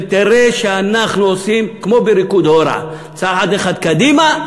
ותראה שאנחנו עושים כמו בריקוד הורה: צעד אחד קדימה,